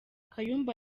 kayumba